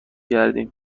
گردیم